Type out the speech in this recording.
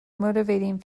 motivating